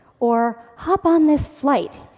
or hop on this flight,